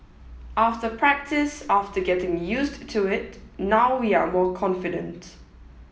after practice after getting used to it now we are more confident